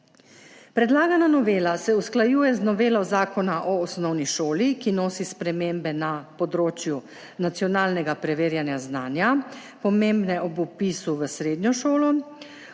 Predlagana novela se usklajuje z novelo Zakona o osnovni šoli, ki nosi spremembe na področju nacionalnega preverjanja znanja, pomembne ob vpisu v srednjo šolo,